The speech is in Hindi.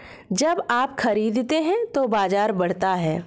जब आप खरीदते हैं तो बाजार बढ़ता है